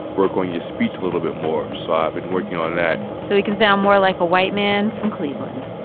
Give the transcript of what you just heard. work on your speech a little bit more. so i've been working on that so he can sound more like a white man from cleveland.